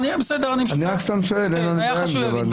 אני שואל רק כדי להבין את ההיגיון.